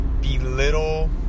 belittle